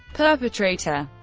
perpetrator